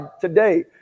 today